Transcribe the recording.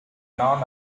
non